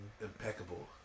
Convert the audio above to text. impeccable